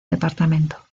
departamento